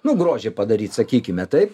nu grožį padaryt sakykime taip